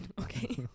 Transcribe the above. okay